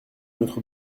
notre